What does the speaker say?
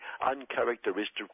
uncharacteristic